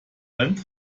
band